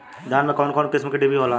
धान में कउन कउन किस्म के डिभी होला?